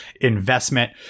investment